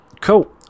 Cool